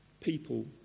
people